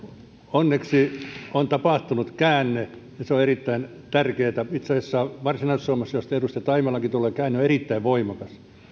onneksi on tapahtunut käänne ja se on erittäin tärkeätä itse asiassa varsinais suomessa josta edustaja taimelakin tulee käänne on erittäin voimakas